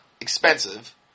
expensive